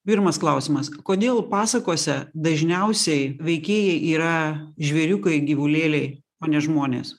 pirmas klausimas kodėl pasakose dažniausiai veikėjai yra žvėriukai gyvulėliai o ne žmonės